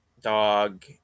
dog